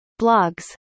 blogs